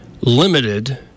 limited